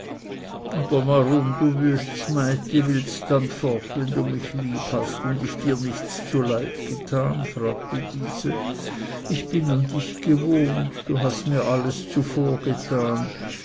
aber warum du wüests meitli willst dann fort wann du mich lieb hast und ich dir nichts zuleid getan fragte diese ich bin an dich gewohnt du hast mir alles zuvorgetan